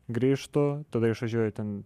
grįžtu tada išvažiuoju ten